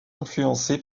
influencée